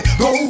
go